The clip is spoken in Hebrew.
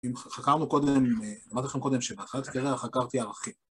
אם חקרנו קודם, למדתכם קודם שבאחד, כרגע חקרתי ערכים.